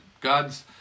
God's